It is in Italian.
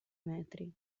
metri